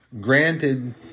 granted